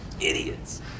idiots